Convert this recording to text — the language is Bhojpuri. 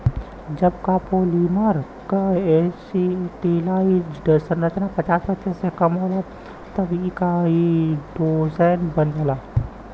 जब कॉपोलीमर क एसिटिलाइज्ड संरचना पचास प्रतिशत से कम होला तब इ काइटोसैन बन जाला